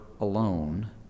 alone